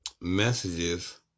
messages